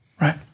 right